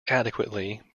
adequately